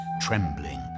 trembling